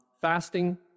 fasting